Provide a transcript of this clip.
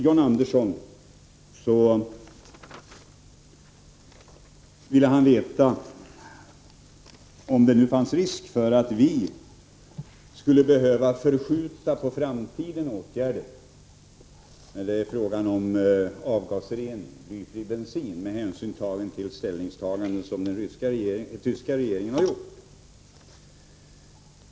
John Andersson ville veta om det fanns risk för att vi skulle tvingas skjuta på framtiden åtgärder för avgasrening och blyfri bensin med hänsyn tagen till beslut som den tyska regeringen har fattat.